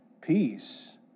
Peace